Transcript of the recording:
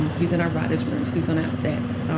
and who's in our writers' rooms? who's on our sets?